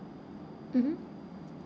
mmhmm